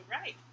right